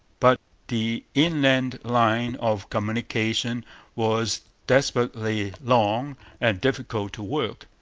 but the inland line of communications was desperately long and difficult to work.